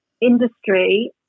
industry